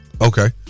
Okay